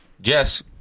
Jess